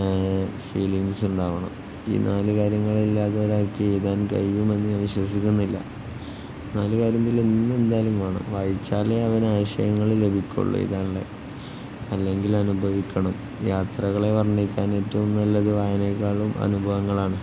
feelings ഉണ്ടാകണം ഈ നാല് കാര്യങ്ങളില്ലാത്ത ഒരാള്ക്ക് എഴുതാൻ കഴിയുമെന്ന് ഞാന് വിശ്വസിക്കുന്നില്ല നാല് കാര്യത്തില് ഒന്നെന്തായാലും വേണം വായിച്ചാലേ അവന് ആശയങ്ങള് ലഭിക്കുകയുള്ളൂ എഴുതാനുള്ളത് അല്ലെങ്കിൽ അനുഭവിക്കണം യാത്രകളെ വര്ണ്ണിക്കാൻ ഏറ്റവും നല്ലത് വായനയെക്കാളും അനുഭവങ്ങളാണ്